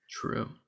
True